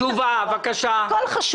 תשובה בבקשה.